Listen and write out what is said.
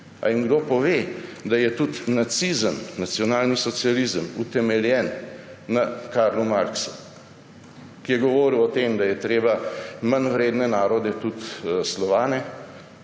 Ali jim kdo pove, da je tudi nacizem, nacionalni socializem utemeljen na Karlu Marxu, ki je govoril o tem, da je treba manjvredne narode, tudi Slovane,